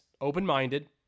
open-minded